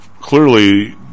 clearly